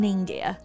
India